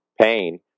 pain